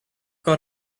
got